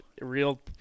real